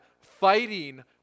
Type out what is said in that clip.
fighting